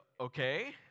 okay